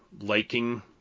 liking